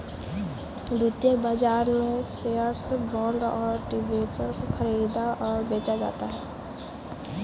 द्वितीयक बाजार में शेअर्स, बॉन्ड और डिबेंचर को ख़रीदा और बेचा जाता है